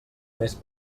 més